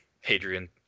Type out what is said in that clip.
Hadrian